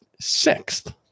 sixth